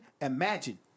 imagine